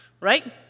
right